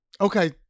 Okay